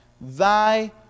thy